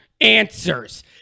answers